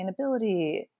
sustainability